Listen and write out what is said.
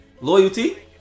Loyalty